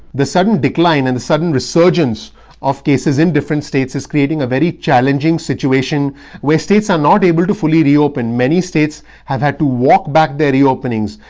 the sudden decline and the sudden resurgence of cases in different states is creating a very challenging situation where states are not able to fully reopen. many states have had to walk back their reopenings,